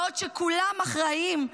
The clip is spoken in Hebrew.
בעוד כולם אחראים,